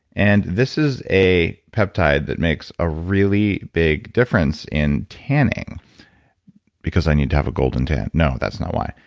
and this is a peptide that makes a really big difference in tanning because i need to have a golden tan? no, that's not why.